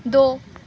ਦੋ